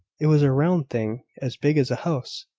it was a round thing, as big as a house,